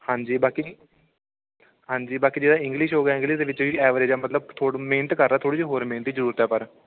ਹਾਂਜੀ ਬਾਕੀ ਹਾਂਜੀ ਬਾਕੀ ਜਿਹੜਾ ਇੰਗਲਿਸ਼ ਹੋ ਗਿਆ ਇੰਗਲਿਸ਼ ਦੇ ਵਿੱਚ ਵੀ ਐਵਰੇਜ ਮਤਲਬ ਥੋੜ ਮਿਹਨਤ ਕਰਦਾ ਥੋੜ੍ਹੀ ਜਿਹੀ ਹੋਰ ਮਿਹਨਤ ਦੀ ਜ਼ਰੂਰਤ ਹੈ ਪਰ